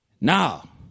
Now